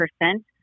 percent